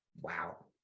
wow